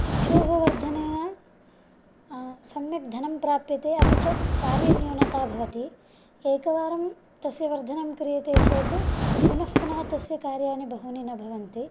इक्षोः वर्धनेन सम्यक् धनं प्राप्यते अपि च कार्यन्यूनता भवति एकवारं तस्य वर्धनं क्रियते चेत् पुनः पुनः तस्य कार्याणि बहूनि न भवन्ति